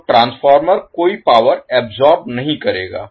तो ट्रांसफार्मर कोई power absorb नहीं करेगा